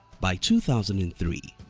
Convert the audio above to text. by two thousand and three,